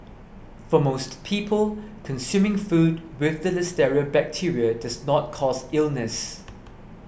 for most people consuming food with the listeria bacteria does not cause illness